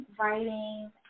writing